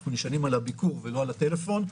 אנחנו נשענים על הביקור ולא על הטלפון.